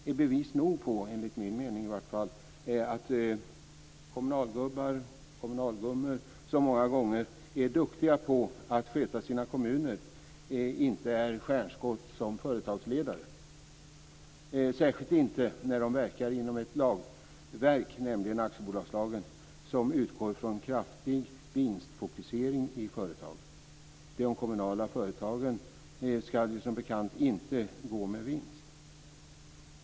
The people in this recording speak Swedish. Det är i vart fall enligt min mening bevis nog på att kommunalgubbar och kommunalgummor som många gånger är duktiga på att sköta sina kommuner inte är stjärnskott som företagsledare. Särskilt inte när de verkar inom ett lagverk, nämligen aktiebolagslagen, som utgår från en kraftig vinstfokusering i företaget. De kommunala företagen skall ju som bekant inte gå med vinst.